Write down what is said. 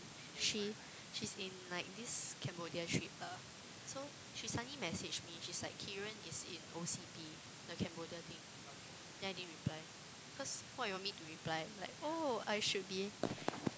she she's in like this cambodia trip ah so she suddenly messaged me she's like Keiran is in O_C_P the cambodia thing then i didn't reply because what do you want me to reply oh